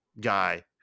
guy